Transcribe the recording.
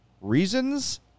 reasons